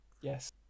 Yes